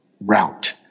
route